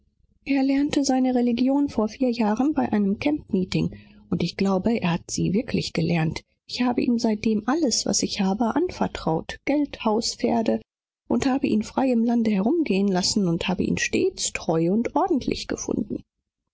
er hat seine religion in einer brüderversammlung vor vier jahren empfangen und ich glaube er besitzt wirklich religion ich habe ihm seitdem alles anvertraut was ich besitze geld haus und pferde habe ihn durch das land gehen lassen und ihn dennoch stets treu und redlich gefunden